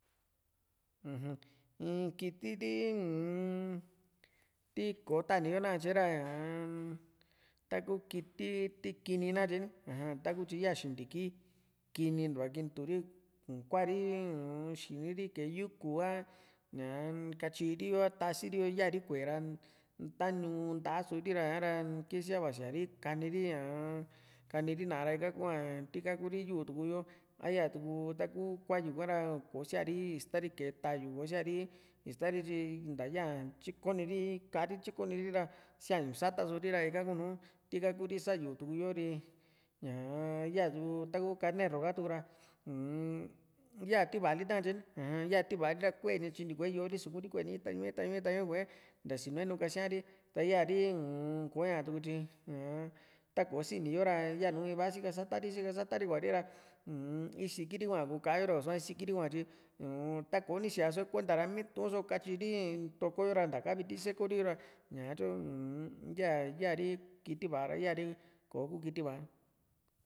uju in kiti li uun tikoo ta´ni ha nakatye ra ñaa taku kiti ti kini na katye ni ña tyi ni aja tyi ya taku xintiki kini ntua kinitu i´kuari xini ri kee yuku a ñaa katyiri yo a tasiri yo ya´ri ku´e ra ntañuu nta´a sori ra´ñaa kisia vasíari kani ri ñaa kaniri ná´a ra ika kuaa tika kuuri yuu tuku yo taya tuku kuu kua´yu ka ra kò´o sia´ri istari kee ta´yu kò´o sia´ri istari tyi nta tyikoni ti kaá ri tyikoni ri ra siañu sa´ta sori ra ika kuu nu tika Kuri sayu tukuyo ri ñaa yaatu taku kanerru ha tuku ra umm yaati va´ali nakatye ni aja yati va´a kueeni tyintiku´e yo´o suku ri kue´ni itañu´e itañu´e kua´e nta sinu´e nu kasiari ta´a yari koña tuku tyi un tako sini yo ra yanu iva sika sata ri sika sata ri kuari ra uu-m isikiri hua ku´kayo ra ni su´a isikiri hua tyi ñaa ta kò´o ni siaso´e kuenta ra miitu so katyi ri toko yo ra ntaka viti savikori yo ra ña tyu uun ya ya´ri kiti va´a ra ya´ri kò´o kuu kiti va´a